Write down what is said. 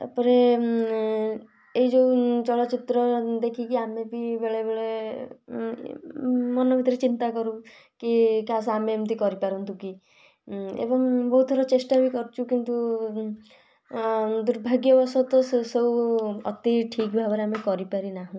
ତା'ପରେ ଏଇ ଯେଉଁ ଚଳଚ୍ଚିତ୍ର ଦେଖିକି ଆମେ ବି ବେଳେ ବେଳେ ମନ ଭିତରେ ଚିନ୍ତା କରୁ କି କାସ୍ ଆମେ ଏମିତି କରିପାରନ୍ତୁ କି ଏବଂ ବହୁତ ଥର ଚେଷ୍ଟା ବି କରିଛୁ କିନ୍ତୁ ଦୁର୍ଭାଗ୍ୟବଶତଃ ସେ ସବୁ ଅତି ଠିକ୍ ଭାବରେ ଆମେ କରିପାରିନାହୁଁ